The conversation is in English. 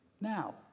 now